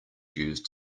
used